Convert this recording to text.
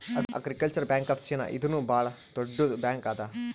agricultural bank of China ಇದೂನು ಭಾಳ್ ದೊಡ್ಡುದ್ ಬ್ಯಾಂಕ್ ಅದಾ